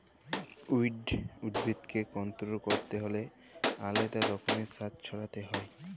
weed উদ্ভিদকে control ক্যরতে হ্যলে আলেদা রকমের সার ছড়াতে হ্যয়